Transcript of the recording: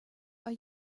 are